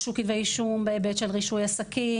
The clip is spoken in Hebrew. הוגשו כתבי אישום בהיבט של רישוי עסקים.